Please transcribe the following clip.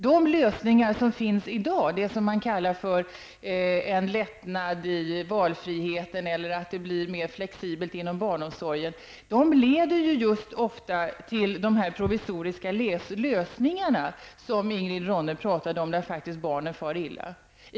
De lösningar som finns i dag, det som man kallar en lättnad i valfriheten, eller att det blir mer flexibelt inom barnomsorgen, leder ofta till sådana provisoriska lösningar som Ingrid Ronne Björkqvist talade om, där faktiskt barnen far illa.